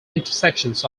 intersections